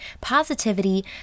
Positivity